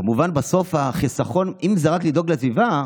כמובן, בסוף החיסכון, אם זה רק לדאוג לסביבה,